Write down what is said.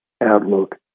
outlook